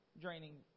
draining